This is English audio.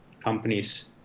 companies